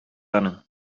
аның